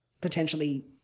potentially